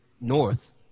north